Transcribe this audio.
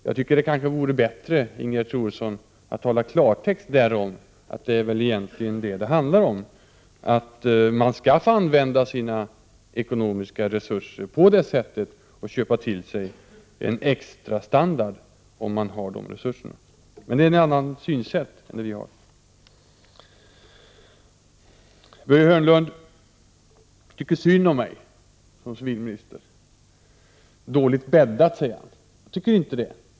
Jag tycker att det vore bättre, Ingegerd Troedsson, att tala i klartext och säga att det handlar om att man skall få använda sina ekonomiska resurser på det här viset och köpa sig till en extra standard, om man har dessa resurser. Det är ett annat synsätt än det vi har. Börje Hörnlund tycker synd om mig som civilminister. Det är dåligt bäddat, säger han. Jag tycker inte det.